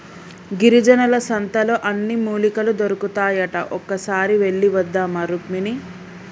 గిరిజనుల సంతలో అన్ని మూలికలు దొరుకుతాయట ఒక్కసారి వెళ్ళివద్దామా రుక్మిణి